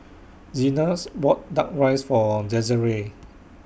Zenas bought Duck Rice For Desirae